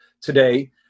today